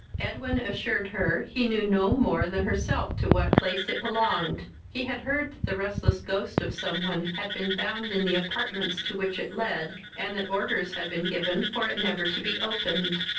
edwin assured her he knew no more than herself to what place it belonged he had heard that the restless ghost of some one had been bound in the apartments to which it led, and that orders had been given for it never to be opened.